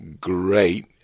great